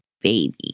baby